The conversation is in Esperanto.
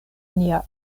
nia